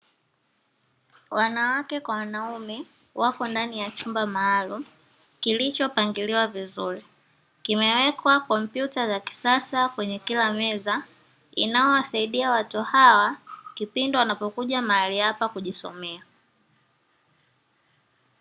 Wanawake kwa wanaume wako ndani ya chumba maalumu kilichopangiliwa vizuri kimewekwa kompyuta za kisasa kwenye kila meza inayowasaidia watu hawa kipindi wanapokuja mahali hapa kujisomea.